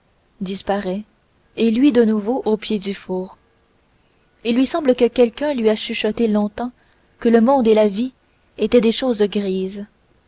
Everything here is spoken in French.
disparaît et luit de nouveau au pied du four il lui semble que quelqu'un lui a chuchoté longtemps que le monde et la vie étaient des choses grises